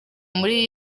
muri